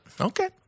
okay